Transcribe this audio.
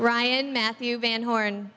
ryan matthew van horn